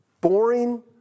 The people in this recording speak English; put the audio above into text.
boring